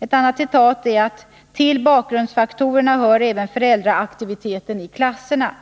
Vidare säger man: Till bakgrundsfaktorerna hör även föräldraaktiviteten i klasserna.